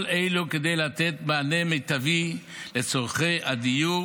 כל אלה, כדי לתת מענה מיטבי על צורכי הדיור